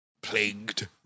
plagued